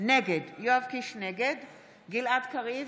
נגד גלעד קריב,